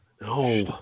No